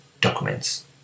documents